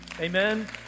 Amen